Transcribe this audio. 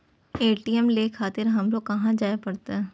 ATM ले खातिर हमरो कहाँ जाए परतें?